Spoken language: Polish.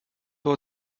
było